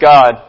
God